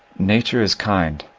nature is kind,